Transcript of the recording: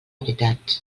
veritat